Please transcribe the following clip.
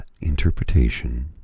interpretation